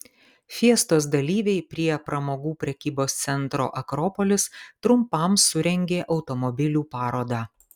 fiestos dalyviai prie pramogų prekybos centro akropolis trumpam surengė automobilių parodą